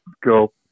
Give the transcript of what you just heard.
go